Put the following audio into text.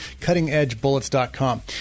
CuttingEdgeBullets.com